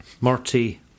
Marty